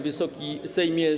Wysoki Sejmie!